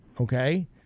Okay